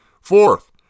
Fourth